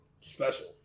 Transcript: Special